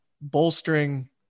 bolstering